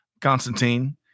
Constantine